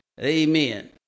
Amen